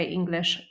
English